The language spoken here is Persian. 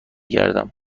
گردم